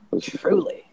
Truly